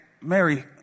Mary